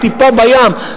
זה טיפה בים,